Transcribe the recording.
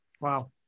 Wow